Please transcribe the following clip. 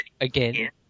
again